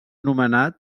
nomenat